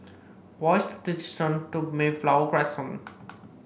what is the distance to Mayflower Crescent